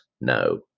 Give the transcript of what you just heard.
no